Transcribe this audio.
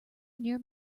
near